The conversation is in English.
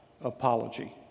apology